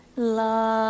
Love